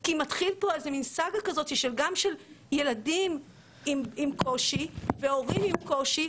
כי מתחיל פה איזה מין סאגה כזאת גם של ילדים עם קושי והורים קושי,